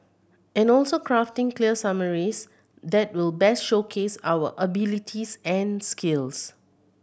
and also crafting clear summaries that will best showcase our abilities and skills